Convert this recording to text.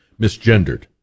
misgendered